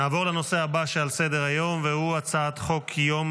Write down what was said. נעבור לנושא הבא על סדר-היום הצעת חוק יום